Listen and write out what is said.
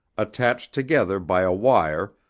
attached together by a wire,